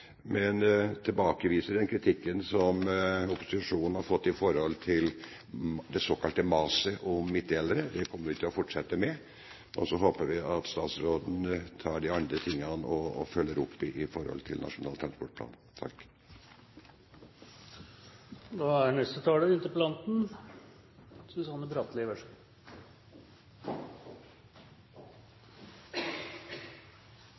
men jeg tilbakeviser den kritikken som opposisjonen har fått med hensyn til det såkalte maset om midtdelere. Det kommer vi til å fortsette med, og så håper vi at statsråden tar de andre tingene og følger opp i henhold til Nasjonal transportplan.